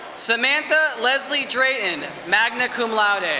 samantha leslie drayton, magna cum laude. and